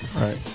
Right